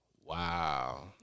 Wow